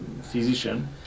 physician